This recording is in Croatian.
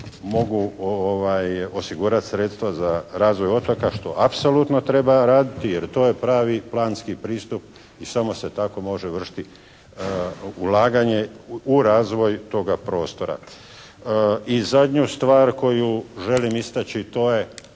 mogu osigurati sredstva za razvoj otoka što apsolutno treba raditi jer to je pravi planski pristup i samo se tako može vršiti ulaganje u razvoj toga prostora. I zadnju stvar koju želim istaći to je